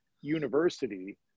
university